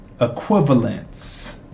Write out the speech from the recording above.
equivalence